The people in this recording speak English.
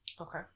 okay